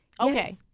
Okay